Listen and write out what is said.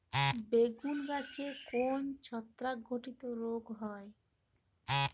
বেগুন গাছে কোন ছত্রাক ঘটিত রোগ হয়?